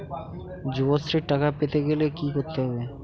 যুবশ্রীর টাকা পেতে গেলে কি করতে হবে?